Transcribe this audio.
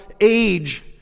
age